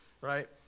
right